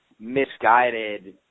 misguided